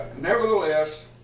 Nevertheless